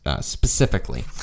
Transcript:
specifically